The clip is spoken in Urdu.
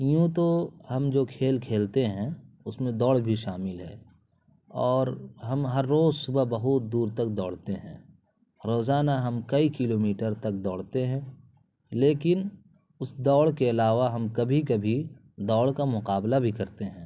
یوں تو ہم جو کھیل کھیلتے ہیں اس میں دوڑ بھی شامل ہے اور ہم ہر روز صبح بہت دور تک دوڑتے ہیں روزانہ ہم کئی کلو میٹر تک دوڑتے ہیں لیکن اس دوڑ کے علاوہ ہم کبھی کبھی دوڑ کا مقابلہ بھی کرتے ہیں